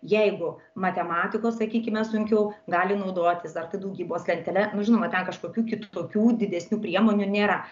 jeigu matematikos sakykime sunkiau gali naudotis ar tai daugybos lentele žinoma ten kažkokių kitokių didesnių priemonių nėra